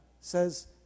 says